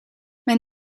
mijn